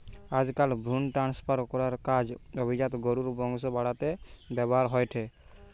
আজকাল ভ্রুন ট্রান্সফার করার কাজ অভিজাত গরুর বংশ বাড়াতে ব্যাভার হয়ঠে